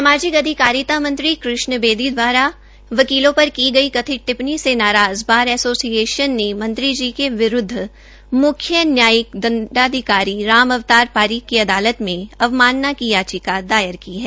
सामाजिक अधिकारिता मंत्री कृष्ण बेदी दवारा वकीलों पर की गई कथित टिप्पणी से नाराज़ बार एसोसिएशन ने मंत्री जी की विरूदव म्ख्य न्यायिक दंडाधिकारी राम अवतार पारीक की अदालत में अवमानना की याचिका दायर की है